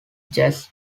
chess